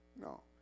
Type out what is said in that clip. No